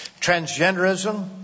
transgenderism